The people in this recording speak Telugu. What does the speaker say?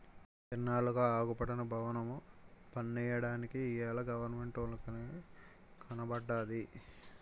ఇన్నాళ్లుగా అగుపడని బవనము పన్నెయ్యడానికి ఇయ్యాల గవరమెంటోలికి కనబడ్డాది